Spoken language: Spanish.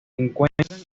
encuentran